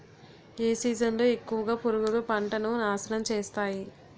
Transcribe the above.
ఏ season లో ఎక్కువుగా పురుగులు పంటను నాశనం చేస్తాయి?